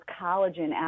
collagen